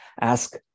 Ask